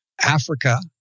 Africa